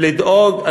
ולדאוג,